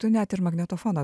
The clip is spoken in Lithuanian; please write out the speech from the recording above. tu net ir magnetofoną